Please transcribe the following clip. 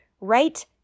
Right